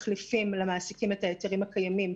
אנחנו מחליפים למעסיקים את ההיתרים הקיימים,